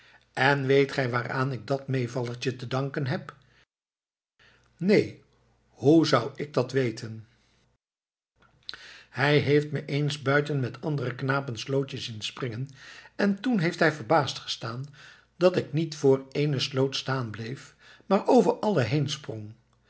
en weet gij waaraan ik dat meevallertje te danken heb neen hoe zou ik dat weten hij heeft me eens buiten met andere knapen slootje zien springen en toen heeft hij verbaasd gestaan dat ik voor niet ééne sloot staan bleef maar over alle heensprong